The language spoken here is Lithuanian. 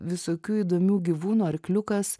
visokių įdomių gyvūnų arkliukas